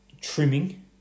Trimming